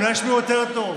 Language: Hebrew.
אולי ישמעו יותר טוב.